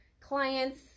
clients